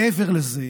מעבר לזה,